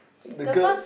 the girl